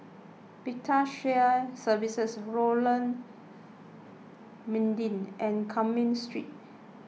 Vital Shared Services Lorong Mydin and Cumming Street